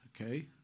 okay